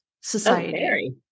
society